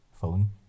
phone